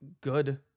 good